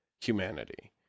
humanity